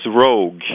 Rogue